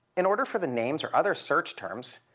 in order for the names or other search terms